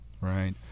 Right